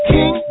King